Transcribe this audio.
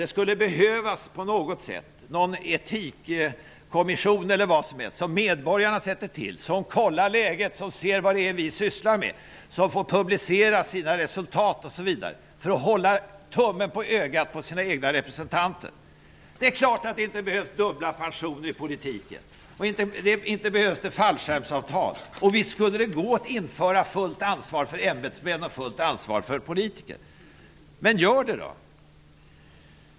Det skulle behövas något slags etikkommission som medborgarna tillsatte och som kollade läget och såg vad det är vi sysslar med. Den skulle få publicera sina resultat, osv. för att hålla tummen på ögat på folkets egna representanter. Det är klart att det inte behövs dubbla pensioner i politiken. Och inte behövs det fallskärmsavtal! Och visst skulle det gå att införa fullt ansvar för ämbetsmän och fullt ansvar för politiker. Men gör det då!